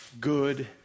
good